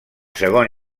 segon